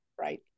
right